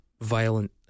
violent